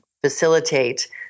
facilitate